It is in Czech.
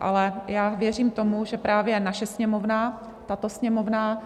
Ale já věřím tomu, že právě naše Sněmovna, tato Sněmovna